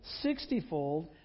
sixtyfold